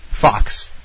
Fox